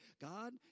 God